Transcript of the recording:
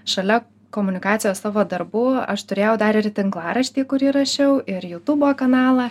šalia komunikacijos savo darbų aš turėjau dar ir tinklaraštį kur įrašiau ir jutubo kanalą